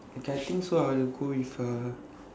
okay I think so I will go with a